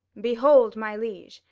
behold, my liege,